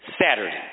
Saturday